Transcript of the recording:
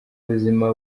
ubuzima